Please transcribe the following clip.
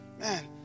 Man